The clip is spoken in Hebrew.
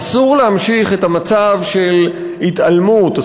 אסור להמשיך את המצב של התעלמות,